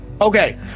Okay